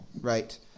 right